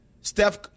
Steph